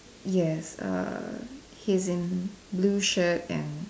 yes err he's in blue shirt and